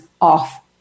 off